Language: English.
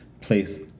place